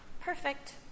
Perfect